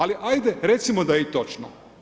Ali ajde recimo da je i točno.